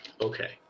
Okay